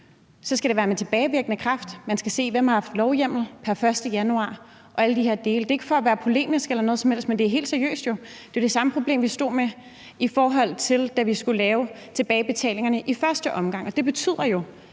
gøre det med tilbagevirkende kraft. Man skal se, hvor der har været lovhjemmel pr. 1. januar og alle de her dele. Det er ikke for at være polemisk eller noget som helst, men det er helt seriøst. Det var det samme problem, vi stod med, da vi skulle lave tilbagebetalingerne i første omgang. Og det betyder jo,